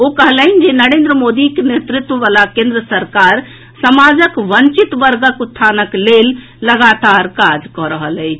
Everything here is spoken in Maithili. ओ कहलनि जे नरेन्द्र मोदी के नेतृत्व वला केन्द्र सरकार समाजक वंचित वर्गक उत्थानक लेल लगातार काज कऽ रहल अछि